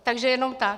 Takže jenom tak.